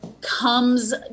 comes